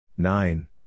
Nine